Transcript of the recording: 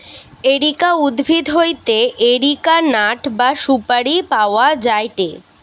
areca উদ্ভিদ হইতে areca nut বা সুপারি পাওয়া যায়টে